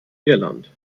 irland